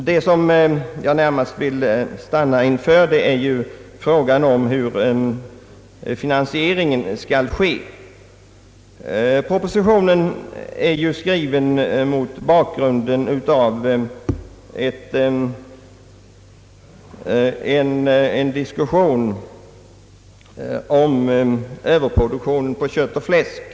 Det som jag närmast vill stanna inför är frågan om hur finansieringen skall ske. Propositionen är ju skriven mot bakgrunden av diskussionen om Ööverproduktionen på kött och fläsk.